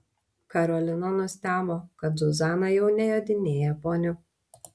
karolina nustebo kad zuzana jau nejodinėja poniu